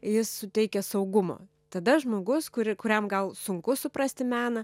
jis suteikia saugumo tada žmogus kuri kuriam gal sunku suprasti meną